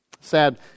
Sad